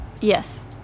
Yes